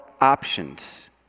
options